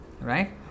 right